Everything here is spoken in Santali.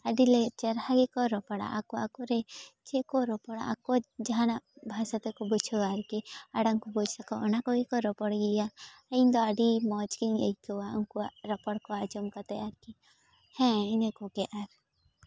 ᱟᱹᱰᱤ ᱪᱮᱦᱨᱟ ᱜᱮᱠᱚ ᱨᱚᱯᱚᱲᱟ ᱟᱠᱚ ᱟᱠᱚᱨᱮ ᱪᱮᱫ ᱠᱚ ᱨᱚᱯᱚᱲᱟ ᱟᱠᱚ ᱡᱟᱦᱟᱸᱱᱟᱜ ᱵᱷᱟᱥᱟ ᱛᱮᱠᱚ ᱵᱩᱡᱷᱟᱹᱣᱟ ᱟᱨᱠᱤ ᱟᱲᱟᱝ ᱠᱚ ᱵᱩᱡᱽ ᱛᱟᱠᱚᱣᱟ ᱚᱱᱟ ᱠᱚᱜᱮ ᱠᱚ ᱨᱚᱯᱚᱲ ᱜᱮᱭᱟ ᱤᱧ ᱫᱚ ᱟᱹᱰᱤ ᱢᱚᱡᱽ ᱜᱤᱧ ᱟᱹᱭᱠᱟᱹᱣᱟ ᱩᱱᱠᱩᱣᱟᱜ ᱨᱚᱯᱚᱲ ᱠᱚ ᱟᱸᱡᱚᱢ ᱠᱟᱛᱮᱫ ᱟᱨᱠᱤ ᱦᱮᱸ ᱠᱚᱜᱮ ᱟᱨ